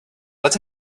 let